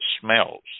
smells